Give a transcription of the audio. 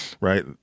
right